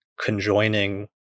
conjoining